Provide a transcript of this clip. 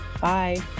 Bye